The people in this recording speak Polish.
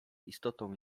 istotą